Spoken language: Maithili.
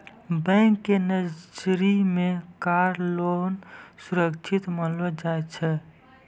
बैंक के नजरी मे कार लोन सुरक्षित मानलो जाय छै